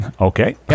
Okay